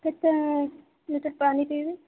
କେତେ ପାନି ପିଇବି